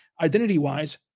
identity-wise